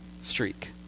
streak